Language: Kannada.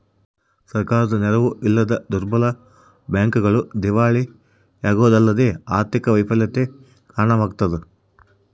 ಸರ್ಕಾರದ ನೆರವು ಇಲ್ಲದ ದುರ್ಬಲ ಬ್ಯಾಂಕ್ಗಳು ದಿವಾಳಿಯಾಗೋದಲ್ಲದೆ ಆರ್ಥಿಕ ವೈಫಲ್ಯಕ್ಕೆ ಕಾರಣವಾಗ್ತವ